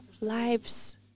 lives